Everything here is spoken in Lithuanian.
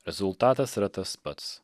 rezultatas yra tas pats